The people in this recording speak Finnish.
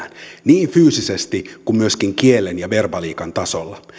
niin fyysisesti kuin myöskin kielen ja verbaliikan tasolla